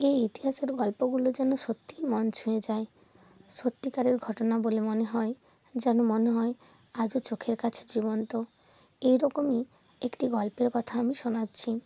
এই ইতিহাসের গল্পগুলো যেন সত্যিই মন ছুঁয়ে যায় সত্যিকারের ঘটনা বলে মনে হয় যেন মনে হয় আজও চোখের কাছে জীবন্ত এই রকমই একটি গল্পের কথা আমি শোনাচ্ছি